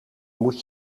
moet